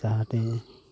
जाहाथे